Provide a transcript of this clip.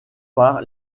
par